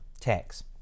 tax